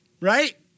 right